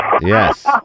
Yes